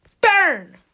burn